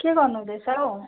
के गर्नु हुँदैछ हौ